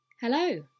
Hello